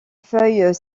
feuilles